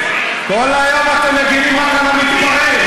כן, כל היום אתם מגינים רק על המתפרעים.